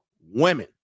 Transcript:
women